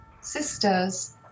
sisters